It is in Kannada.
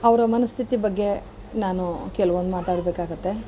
ಅವರ ಮನಸ್ಥಿತಿ ಬಗ್ಗೆ ನಾನು ಕೆಲವೊಂದು ಮಾತಾಡಬೇಕಾಗುತ್ತೆ